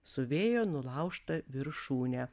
su vėjo nulaužta viršūne